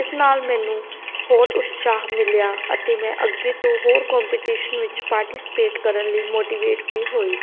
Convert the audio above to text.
ਇਸ ਨਾਲ ਮੈਨੂੰ ਹੋਰ ਉਤਸ਼ਾਹ ਮਿਲਿਆ ਅਤੇ ਮੈਂ ਅੱਗੇ ਤੋਂ ਹੋਰ ਕੋਪੀਟੀਸ਼ਨ ਵਿੱਚ ਪਾਰਟੀਸਪੇਟ ਕਰਨ ਲਈ ਮੋਟੀਵੇਟ ਵੀ ਹੋਈ